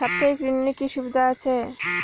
সাপ্তাহিক ঋণের কি সুবিধা আছে?